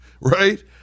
right